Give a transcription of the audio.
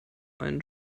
ein